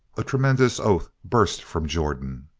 a tremendous oath burst from jordan.